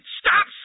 stop